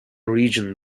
region